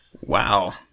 Wow